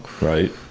Right